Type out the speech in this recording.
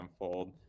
unfold